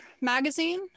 magazine